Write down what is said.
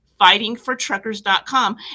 fightingfortruckers.com